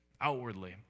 outwardly